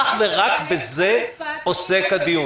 אך ורק בזה עוסק הדיון.